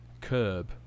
curb